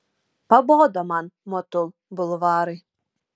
pabodo man motul bulvarai